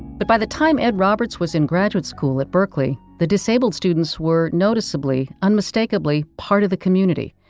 but by the time ed roberts was in graduate school at berkeley, the disabled students were, noticeably, unmistakably, part of the community.